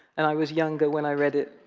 and i was younger when i read it,